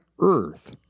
earth